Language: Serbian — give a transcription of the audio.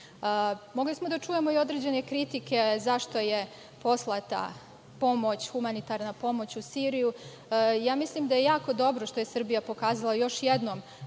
smo da čujemo i određene kritike zašto je poslata humanitarna pomoć u Siriju. Ja mislim da je jako dobro što je Srbija pokazala još jednom